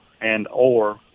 and/or